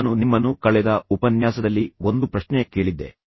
ನಾನು ನಿಮ್ಮನ್ನು ಕಳೆದ ಉಪನ್ಯಾಸದಲ್ಲಿ ಒಂದು ಪ್ರಶ್ನೆ ಕೇಳಿದ್ದೆ